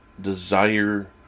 desire